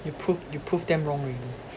you prove you prove them wrong already